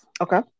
Okay